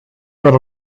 got